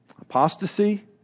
apostasy